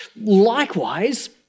Likewise